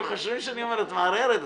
הסברה,